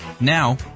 Now